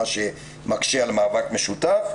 מה שמקשה על מאבק משותף,